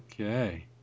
okay